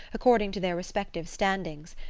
according to their respective standings.